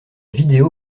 vidéo